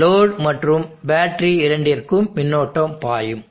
load மற்றும் battery இரண்டிற்கும் மின்னோட்டம் பாயும்